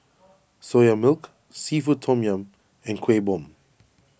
Soya Milk Seafood Tom Yum and Kuih Bom